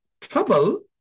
trouble